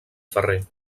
ferrer